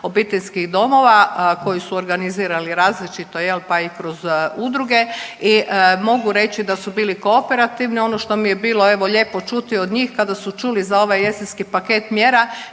obiteljskih domova koji su organizirali različito, pa i kroz udruge i mogu reći da su bili kooperativni. Ono što mi je bilo evo lijepo čuti od njih kada su čuli za ovaj jesenski paket mjera